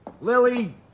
Lily